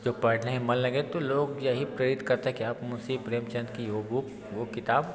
जो पढ़ने में मन लगे तो लोग यही प्रेरित करते हैं कि आप मुंशी प्रेमचंद की वो बुक वो किताब